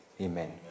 Amen